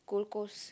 Gold Coast